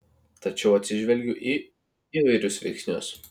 tačiau atsižvelgiu į įvairius veiksnius